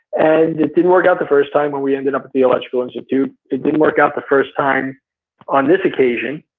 and it didn't work out the first time when we ended up at the electrical institute. it didn't work out the first time on this occasion,